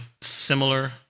similar